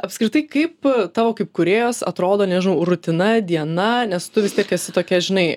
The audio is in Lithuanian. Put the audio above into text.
apskritai kaip tavo kaip kūrėjos atrodo niežinau rutina diena nes tu vis tiek esi tokia žinai